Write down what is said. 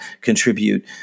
contribute